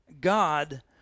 God